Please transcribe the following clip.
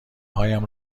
هایم